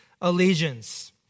Allegiance